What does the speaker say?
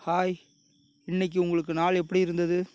hi இன்னைக்கி உங்களுக்கு நாள் எப்படி இருந்தது